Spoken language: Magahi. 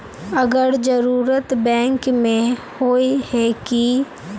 अगर जरूरत बैंक में होय है की?